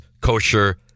Kosher